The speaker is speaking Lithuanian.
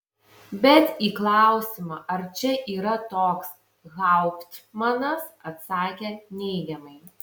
bet į klausimą ar čia yra toks hauptmanas atsakė neigiamai